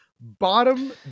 Bottom